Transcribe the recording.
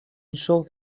شغل